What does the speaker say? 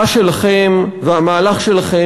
חבל שלא עשיתם שיעורי בית.